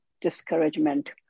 discouragement